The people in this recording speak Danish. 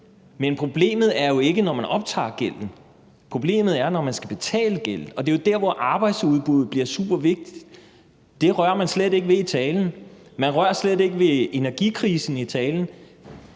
men problemet er der jo ikke, når man optager gælden. Problemet er der, når man skal betale gælden. Det er jo der, hvor arbejdsudbuddet bliver supervigtigt. Det rører man slet ikke ved i talen. Man rører i talen slet ikke ved energikrisen.